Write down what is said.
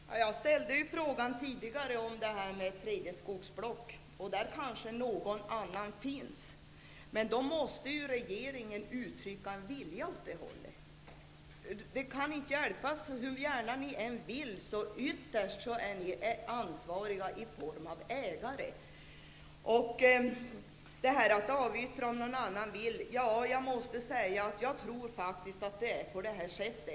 Herr talman! Jag ställde frågan tidigare om ett tredje skogsblock. Där kanske någon annan finns. Men regeringen måste uttrycka en vilja åt det hållet. Det kan inte hjälpas att ni ytterst är ansvariga såsom ägare. Industriministern säger att ASSI är berett att avyttra om någon annan vill göra investeringen.